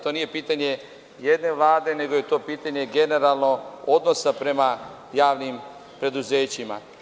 To nije pitanje jedne vlade, nego je to pitanje generalno odnosa prema javnim preduzećima.